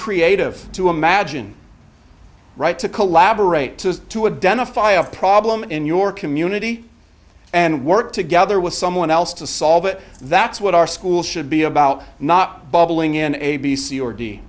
creative to imagine right to collaborate to to a dental problem in your community and work together with someone else to solve it that's what our school should be about not bubbling in a b c or d